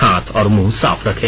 हाथ और मुंह साफ रखें